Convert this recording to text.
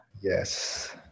Yes